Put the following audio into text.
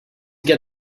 get